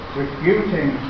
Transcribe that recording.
refuting